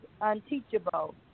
unteachable